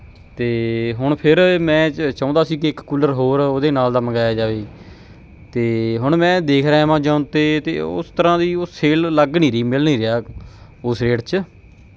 ਅਤੇ ਹੁਣ ਫਿਰ ਮੈਂ ਚ ਚਾਹੁੰਦਾ ਸੀ ਕਿ ਇੱਕ ਕੂਲਰ ਹੋਰ ਉਹਦੇ ਨਾਲ ਦਾ ਮੰਗਵਾਇਆ ਜਾਵੇ ਅਤੇ ਹੁਣ ਮੈਂ ਦੇਖ ਰਿਹਾ ਐਮਾਜੋਨ 'ਤੇ ਅਤੇ ਉਸ ਤਰ੍ਹਾਂ ਦੀ ਉਹ ਸੇਲ ਲੱਗ ਨਹੀਂ ਰਹੀ ਮਿਲ ਨਹੀਂ ਰਿਹਾ ਉਸ ਰੇਟ 'ਚ